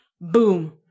Boom